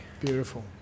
Beautiful